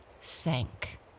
sank